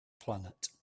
planet